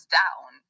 down